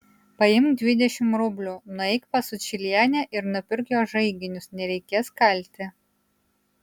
paimk dvidešimt rublių nueik pas sučylienę ir nupirk jos žaiginius nereikės kalti